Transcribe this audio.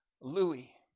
Louis